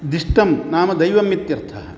दिष्टं नाम दैवम् इत्यर्थः